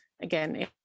again